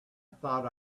thought